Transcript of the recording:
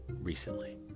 recently